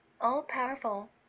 all-powerful